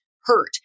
hurt